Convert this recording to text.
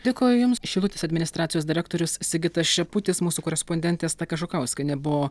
dėkoju jums šilutės administracijos direktorius sigitas šeputis mūsų korespondentė asta kažukauskienė buvo